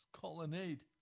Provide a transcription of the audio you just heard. Colonnade